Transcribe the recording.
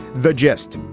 the gist?